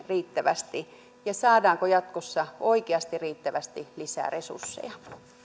riittävästi ja saadaanko jatkossa oikeasti riittävästi lisää resursseja